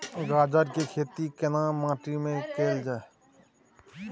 गाजर के खेती केना माटी में कैल जाए?